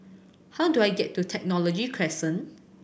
how do I get to Technology Crescent